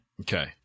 Okay